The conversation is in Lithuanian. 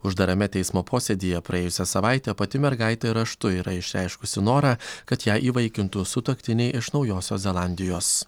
uždarame teismo posėdyje praėjusią savaitę pati mergaitė raštu yra išreiškusi norą kad ją įvaikintų sutuoktiniai iš naujosios zelandijos